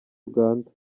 uganda